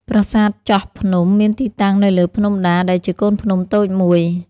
ប្រាសាទចោះភ្នំ មានទីតាំងនៅលើ ភ្នំដា ដែលជាកូនភ្នំតូចមួយ។